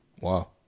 Wow